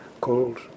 called